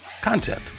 content